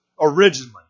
originally